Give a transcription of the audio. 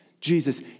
Jesus